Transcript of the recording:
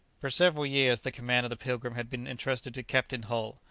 for several years the command of the pilgrim had been entrusted to captain hull,